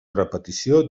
repetició